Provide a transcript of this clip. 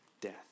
death